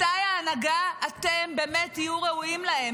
מתי ההנהגה, מתי אתם באמת תהיו ראויים להם?